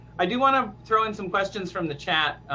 i do want to throw in some questions from the chat.